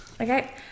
Okay